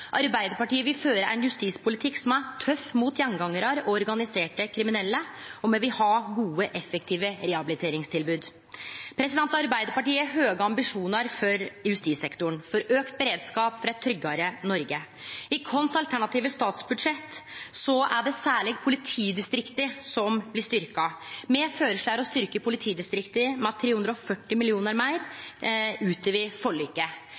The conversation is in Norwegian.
Arbeidarpartiet vil føre ein justispolitikk som er tøff mot gjengangarar og organiserte kriminelle, og me vil ha gode, effektive rehabiliteringstilbod. Arbeidarpartiet har høge ambisjonar for justissektoren, for auka beredskap for eit tryggare Noreg. I vårt alternative statsbudsjett er det særleg politidistrikta som blir styrkte. Me føreslår å styrkje politidistrikta med 300 mill. kr meir, utover forliket.